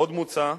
עוד מוצע,